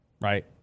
right